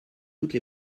toutes